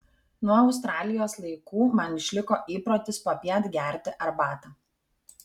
nuo australijos laikų man išliko įprotis popiet gerti arbatą